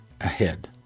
ahead